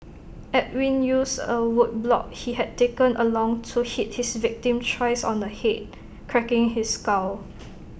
Edwin used A wood block he had taken along to hit his victim thrice on the Head cracking his skull